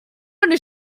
gonna